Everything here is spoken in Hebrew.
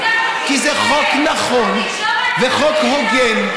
כי זה חוק נכון וחוק הוגן,